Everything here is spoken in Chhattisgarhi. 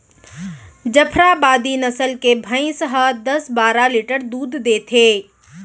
जफराबादी नसल के भईंस ह दस बारा लीटर दूद देथे